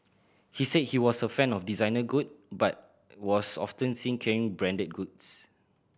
he said she was a fan of designer good but was often seen carrying branded goods